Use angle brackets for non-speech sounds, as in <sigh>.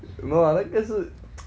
no lah 那个是 <noise>